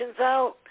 out